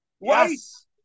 Yes